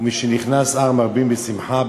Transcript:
ומשנכנס אדר מרבין בשמחה,